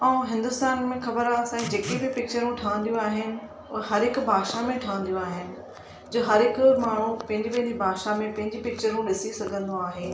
ऐं हिंदुस्तान में ख़बरु आहे असां जेके बि पिक्चरूं ठहंदियूं आहिनि उहे हर हिकु भाषा में ठहींदियु आहिनि जो हर हिकु माण्हू पंहिंजी पंहिंजी भाषा में पंहिंजी पिक्चरूं ॾिसी सघंदो आहे